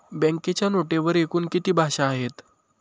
बँकेच्या नोटेवर एकूण किती भाषा आहेत?